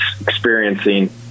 experiencing